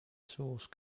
source